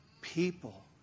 people